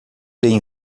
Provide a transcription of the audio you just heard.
bem